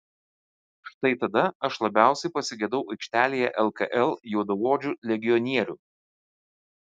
štai tada aš labiausiai pasigedau aikštelėje lkl juodaodžių legionierių